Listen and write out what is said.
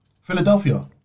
Philadelphia